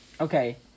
Okay